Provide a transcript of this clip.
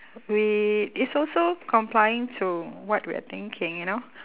we it's also complying to what we're thinking you know